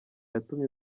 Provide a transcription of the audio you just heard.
yatumye